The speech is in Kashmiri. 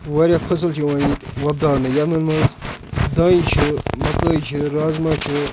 واریاہ فَصٕل چھِ یِوان ییٚتہِ وۄپداونہٕ یِمَن منٛز دانہِ چھِ مَکٲے چھِ رازما چھِ